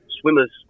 swimmers